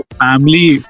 family